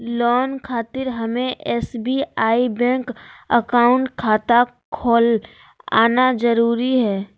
Loan खातिर हमें SBI bank account खाता खोल आना जरूरी है?